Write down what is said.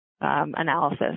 analysis